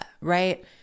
right